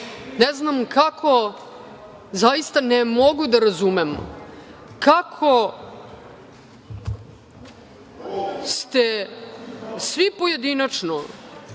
znam kako, zaista ne mogu da razumem kako ste svi pojedinačno